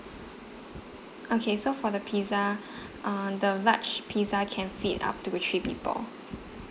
okay so for the pizza um the large pizza can feed up to three people